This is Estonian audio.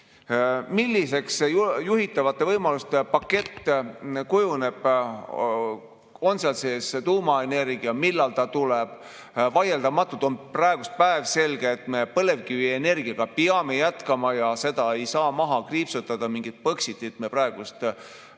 Milliseks see juhitavate võimaluste pakett kujuneb, on seal sees tuumaenergia, millal ta tuleb? Vaieldamatult on praegu päevselge, et me põlevkivienergiaga peame jätkama ja seda ei saa maha kriipsutada, mingit Põxitit me praegu teha